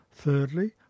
Thirdly